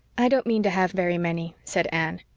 i don't mean to have very many, said anne.